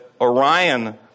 Orion